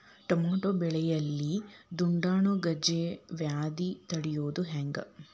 Tomato ಬೆಳೆಯಲ್ಲಿ ದುಂಡಾಣು ಗಜ್ಗಿ ವ್ಯಾಧಿ ತಡಿಯೊದ ಹೆಂಗ್?